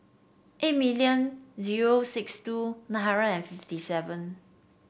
eight million zero six two nine hundred fifty seven